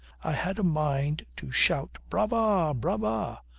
i had a mind to shout brava! brava!